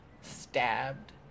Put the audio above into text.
stabbed